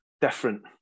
different